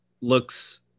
looks